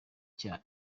cya